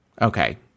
Okay